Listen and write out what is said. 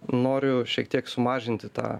noriu šiek tiek sumažinti tą